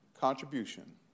contribution